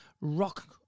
rock